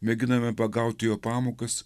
mėginame pagauti jo pamokas